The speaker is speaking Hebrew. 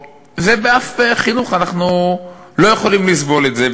באף חינוך אנחנו לא יכולים לסבול את זה.